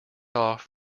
off